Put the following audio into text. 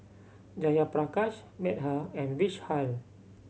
Jayaprakash Medha and Vishal